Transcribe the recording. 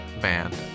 band